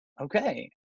okay